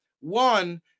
One